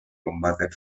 combate